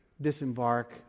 disembark